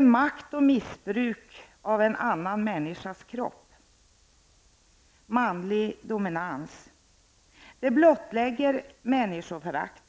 makt, om missbruk av en annan människa kropp och om manlig dominans blottlägger människoförakt.